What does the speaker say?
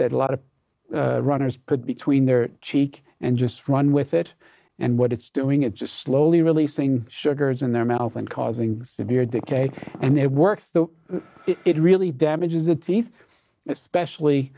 that a lot of runners could between their cheek and just run with it and what it's doing it just slowly releasing sugars in their mouth and causing severe decay and it works the it really damages the teeth especially